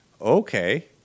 okay